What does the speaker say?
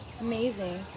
Amazing